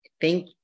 Thank